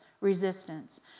resistance